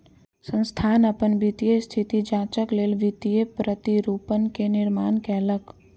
संस्थान अपन वित्तीय स्थिति जांचक लेल वित्तीय प्रतिरूपण के निर्माण कयलक